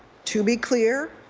to be clear,